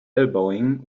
elbowing